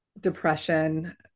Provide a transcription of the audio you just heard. depression